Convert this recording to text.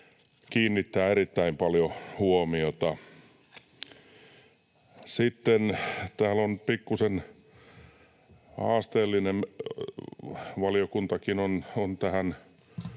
kiinnittää erittäin paljon huomiota. Sitten täällä on pikkusen haasteellinen kohta